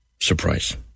surprise